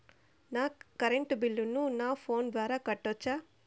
నా కరెంటు బిల్లును నా ఫోను ద్వారా కట్టొచ్చా?